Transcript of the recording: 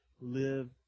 live